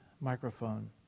microphone